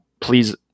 please